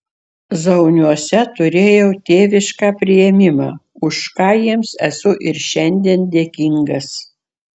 zauniuose turėjau tėvišką priėmimą už ką jiems esu ir šiandien dėkingas